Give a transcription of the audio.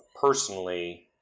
personally